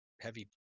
heavy